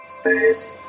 Space